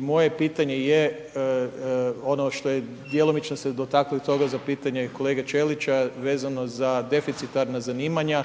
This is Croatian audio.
moje pitanje je, ono što je djelomično se dotakli toga za pitanje i kolege Ćelića, vezano za deficitarna zanimanja,